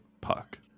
puck